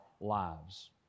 lives